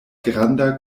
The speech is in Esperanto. granda